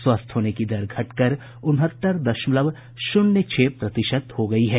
स्वस्थ होने की दर घटकर उनहत्तर दशमलव शून्य छह प्रतिशत हो गयी है